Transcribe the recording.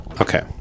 Okay